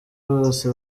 bose